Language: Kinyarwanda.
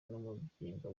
n’umubyimba